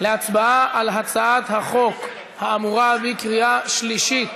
אנחנו עוברים להצבעה על הצעת החוק האמורה בקריאה שלישית.